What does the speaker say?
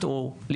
טוב.